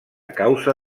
causa